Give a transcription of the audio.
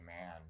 man